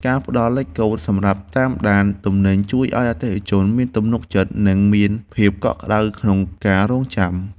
ការផ្តល់លេខកូដសម្រាប់តាមដានទំនិញជួយឱ្យអតិថិជនមានទំនុកចិត្ត និងមានភាពកក់ក្តៅក្នុងការរង់ចាំ។